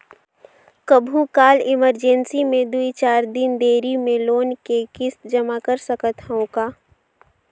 कभू काल इमरजेंसी मे दुई चार दिन देरी मे लोन के किस्त जमा कर सकत हवं का?